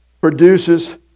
produces